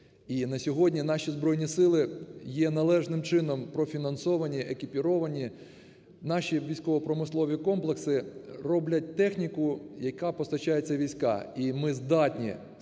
І на сьогодні наші Збройні Сили є належним чином профінансовані, екіпіровані, наші військово-промислові комплекси роблять техніку, яка постачається у війська. І ми здатні